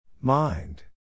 Mind